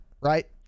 right